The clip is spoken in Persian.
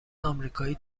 امریکایی